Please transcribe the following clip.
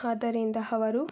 ಆದ್ದರಿಂದ ಅವರು